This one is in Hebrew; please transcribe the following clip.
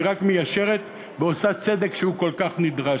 היא רק מיישרת ועושה צדק, שהוא כל כך נדרש.